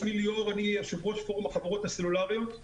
אני יושב ראש פורום החברות הסלולריות.